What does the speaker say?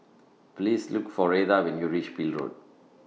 Please Look For Retha when YOU REACH Peel Road